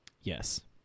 Yes